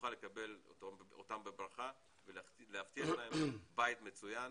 ונוכל לקבל אותם בברכה ולהבטיח להם בית מצוין,